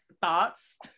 thoughts